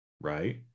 Right